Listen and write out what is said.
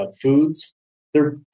foods—they're